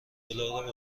دلار